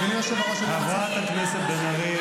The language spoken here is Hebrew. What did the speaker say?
חברת הכנסת בן ארי.